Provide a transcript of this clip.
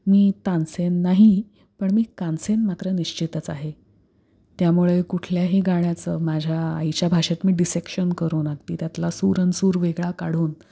मी तानसेन नाही पण मी कानसेन मात्र निश्चितच आहे त्यामुळे कुठल्याही गाण्याचं माझ्या आईच्या भाषेत मी डिसेक्शन करून आधी त्यातला सूर आणि सूर वेगळा काढून